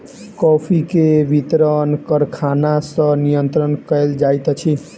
coffee के वितरण कारखाना सॅ नियंत्रित कयल जाइत अछि